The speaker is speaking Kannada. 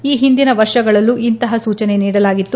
ಈ ಹಿಂದಿನ ವರ್ಷಗಳಲ್ಲೂ ಇಂತಹ ಸೂಚನೆ ನೀಡಲಾಗಿತ್ತು